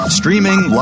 Streaming